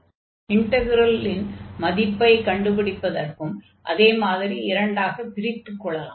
அடுத்து இன்டக்ரலின் மதிப்பைக் கண்டுபிடிப்பதற்கும் அதே மாதிரி இரண்டாகப் பிரித்துக் கொள்ளலாம்